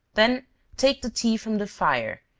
then take the tea from the fire,